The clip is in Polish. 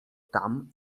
tam